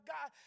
God